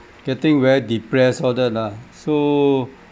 getting very depressed all that lah so